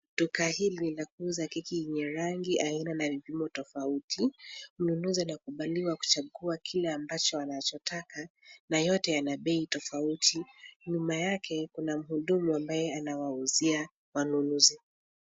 Duka hili ni la kuuza keki yenye rangi, aina, na vipimo tofauti. Mnunuzi anakubaliwa kuchagua kile ambacho anachotaka, na yote yana bei tofauti. Nyuma yake kuna mhudumu ambaye anawauzia wanunuzi.